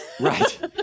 Right